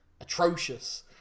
atrocious